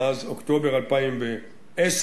מאז אוקטובר 2010,